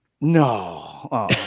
No